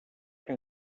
que